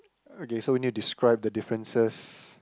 okay so we need to describe the differences